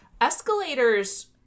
escalators